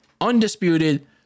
undisputed